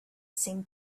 seemed